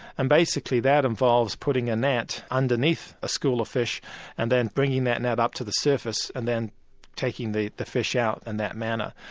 and basically that involves putting a net underneath a school of fish and then bringing that net up to the surface and then taking the the fish out in and that manner.